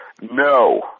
No